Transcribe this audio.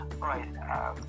right